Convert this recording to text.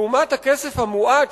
לעומת הכסף המועט,